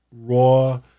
raw